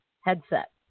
headset